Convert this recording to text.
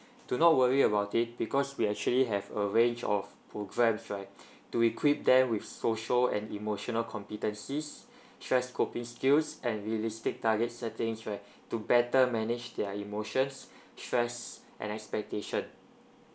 do not worry about it because we actually have a range of programs right to equip them with social and emotional competencies stress coping skills and realistic targets settings right to better manage their emotions stress and expectation